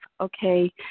okay